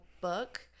book